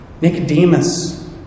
Nicodemus